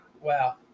Wow